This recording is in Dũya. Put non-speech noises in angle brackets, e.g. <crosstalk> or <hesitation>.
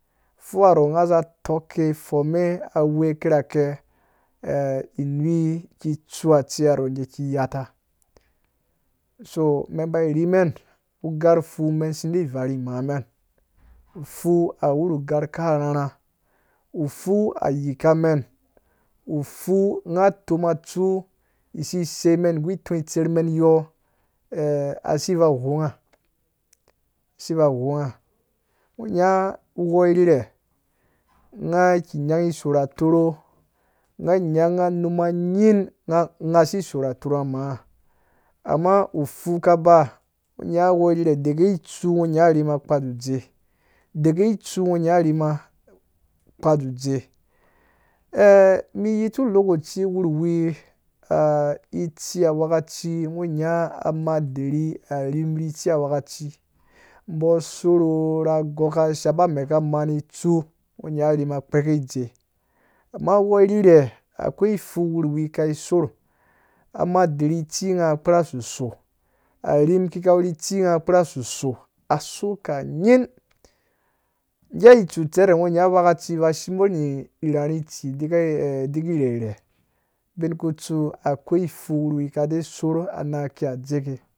Ufu ha rhɔ ngã za tɔke afome awe akirake <hesitation> ki tsu atsei rha nɔ ngge ki yata. so mɛn ba rhi mɛn ugarh ufu mɛn si de varhi ma mɛn ufu uwurhu ugarh karharha ufu ayikamɛn, ufu nga toma tsu isisermen nggu itɔ itserh mɛn akɔ <hesitation> asi va ghonga siva ghonga ngo nya uwo irhirhe nga ki nyangi isorh atorho nga nyanga numa nyin nga si sorh atorha manga aman ufu kaba ngɔ uwɔ irhirhe deke itsu ngɔ arhima kpa dzudze <hesitation> mi yitu lokaci werhuwi itsi awɔkaci ngɔ nhya amaeri arhim rhi tsi awɔkaci mbo asorh oooo ra gɔka shaba amɛka mani tsu ngɔ arhima kpɛrɛ dze amaa uwɔɔ irherhe akwei fu wurhuwi kai sorh amaderi rhi tsi nga kpura suso aso ka nyin ngeha itsu cere ngo nya angwekaci va shimbo rhi irharht itsi <hesitation> ki rhirhe ubin kutsu akwei fu wurhuwi ka dɛ sorh anan akiya dzeke